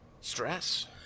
stress